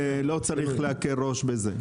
לא צריך להקל ראש בזה.